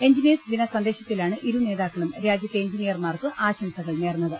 engineers ദിന സന്ദേശത്തിലാണ് ഇരുനേതാക്കളും രാജ്യത്തെ എഞ്ചിനിയർമാർക്ക് ആശംസകൾ നേർന്നത്